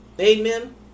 Amen